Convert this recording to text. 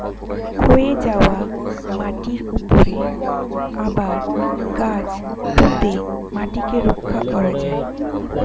ক্ষয়ে যাওয়া মাটির উপরে আবার গাছ পুঁতে মাটিকে রক্ষা করা যায়